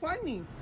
funny